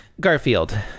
garfield